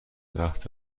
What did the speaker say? وقت